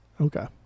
Okay